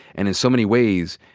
and in so many ways,